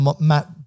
Matt-